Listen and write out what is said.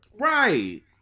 Right